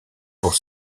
pour